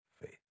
faith